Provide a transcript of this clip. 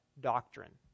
doctrine